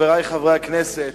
חברי חברי הכנסת,